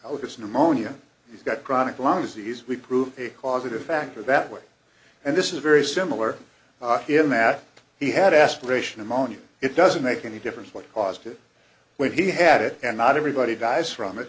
it's pneumonia he's got chronic lung disease we prove a causative factor that way and this is very similar in that he had aspiration pneumonia it doesn't make any difference what caused it when he had it and not everybody dies from it